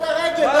מה זו ציונות?